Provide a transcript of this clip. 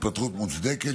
התפטרות מוצדקת,